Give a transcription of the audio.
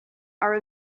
are